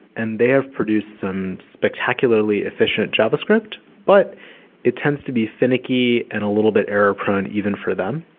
and they have produced some spectacularly efficient javascript. but it tends to be finicky and a little bit error-prone even for them.